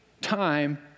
time